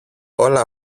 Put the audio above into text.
όλα